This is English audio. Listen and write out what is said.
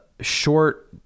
short